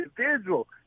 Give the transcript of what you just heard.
individual